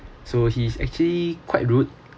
so he's actually quite rude